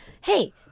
hey